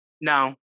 No